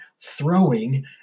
throwing